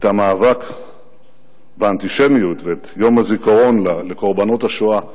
את המאבק באנטישמיות ואת יום הזיכרון לקורבנות השואה.